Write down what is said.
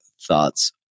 thoughts